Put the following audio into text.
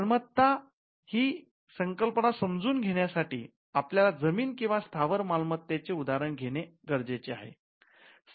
मालमत्ताही संकल्पना समजुन घेण्यासाठी आपल्याला जमीन किंवा स्थावर मालमत्ता चे उदाहरण घेणे गरजेचे आहे